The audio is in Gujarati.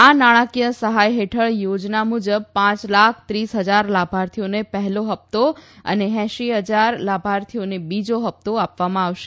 આ નાણાંકીય સહાય હેઠળ યોજના મુજબ પાંચ લાખ ત્રીસ હજાર લાભાર્થીઓને પહેલો હપ્તો અને એંશી હજાર લાભાર્થીઓને બીજો હપ્તો આપવામાં આવશે